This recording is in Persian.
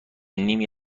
نیمی